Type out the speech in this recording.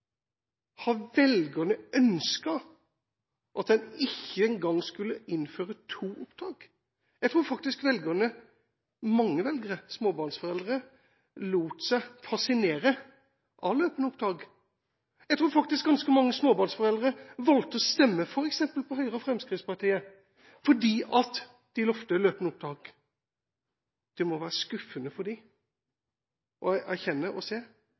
Har velgerne ønsket at en ikke engang skulle innføre to opptak? Jeg tror faktisk mange velgere – småbarnsforeldre – lot seg fascinere av løpende opptak. Jeg tror faktisk ganske mange småbarnsforeldre valgte å stemme på f.eks. Høyre og Fremskrittspartiet fordi de lovet løpende opptak. Det må være skuffende for dem å se og erkjenne at en ikke fikk løpende opptak og